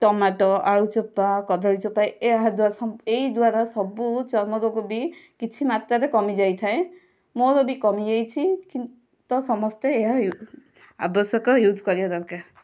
tomato ଆଳୁ ଚୋପା କଦଳୀ ଚୋପା ଏହା ଦ୍ୱା ଏହି ଦ୍ୱାରା ସବୁ ଚର୍ମ ରୋଗ ବି କିଛି ମାତ୍ରାରେ କମି ଯାଇଥାଏ ମୋର ବି କମି ଯାଇଛି ତ ସମସ୍ତେ ଏହା ୟୁ ଆବଶ୍ୟକ ୟୁଜ କରିବା ଦରକାର